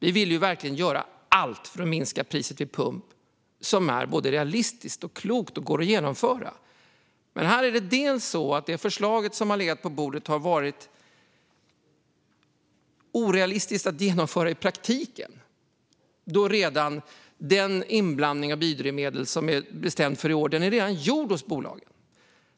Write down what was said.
Vi vill verkligen göra allt som är både realistiskt och klokt och som går att genomföra för att minska priset vid pump, men det förslag som har legat på bordet var orealistiskt att genomföra i praktiken då bolagen redan har gjort den inblandning av biodrivmedel som är bestämd för i år.